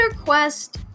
quest